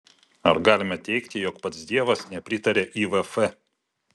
ar galime teigti jog pats dievas nepritaria ivf